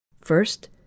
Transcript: First